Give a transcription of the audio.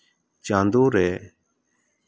ᱪᱟᱸᱫᱳ ᱨᱮ